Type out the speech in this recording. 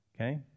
Okay